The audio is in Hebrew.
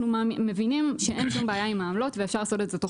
אנחנו מבינים שאין שום בעיה עם העמלות ואפשר לעשות את זה תוך